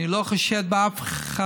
אני לא חושד באף רופא,